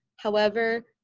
however,